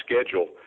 schedule